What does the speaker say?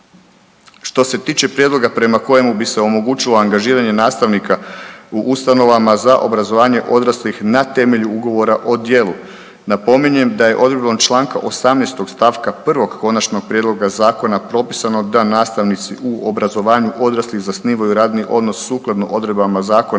Što se tiče prijedloga prema kojemu bi se omogućilo angažiranje nastavnika u ustanovama za obrazovanje odraslih na temelju ugovora o djelu, napominjem da je odredbom Članka 18. stavka 1. konačnog prijedloga zakona propisano da nastavnici u obrazovanju odraslih zasnivaju radni odnos sukladno odredbama zakona